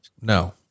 No